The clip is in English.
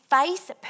face